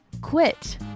quit